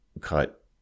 cut